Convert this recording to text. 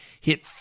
hit